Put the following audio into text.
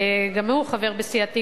גם הוא חבר בסיעתי,